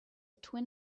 twin